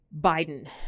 Biden